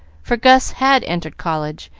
for gus had entered college,